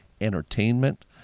entertainment